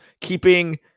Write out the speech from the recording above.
keeping